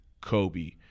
Kobe